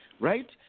Right